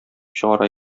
чыгара